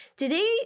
Today